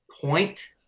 point